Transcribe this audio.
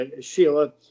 Sheila